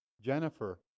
Jennifer